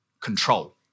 control